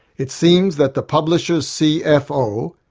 it seems that the publisher's cfo,